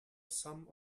sum